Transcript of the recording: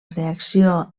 reacció